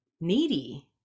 needy